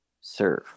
serve